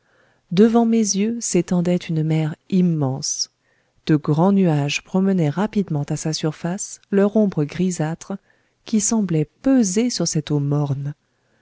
devant mes yeux s'étendait une mer immense de grands nuages promenaient rapidement à sa surface leur ombre grisâtre qui semblait peser sur cette eau morne